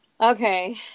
Okay